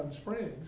Springs